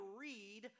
read